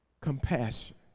Compassion